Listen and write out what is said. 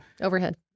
overhead